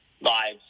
lives